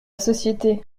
société